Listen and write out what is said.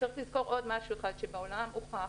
וצריך לזכור עוד משהו אחד, שבעולם הוכח